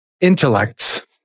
intellects